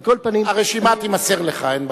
על כל פנים, הרשימה תימסר לך, אין בעיה.